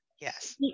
yes